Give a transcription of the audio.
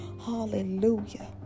Hallelujah